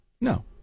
No